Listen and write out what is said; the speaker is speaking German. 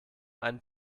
einen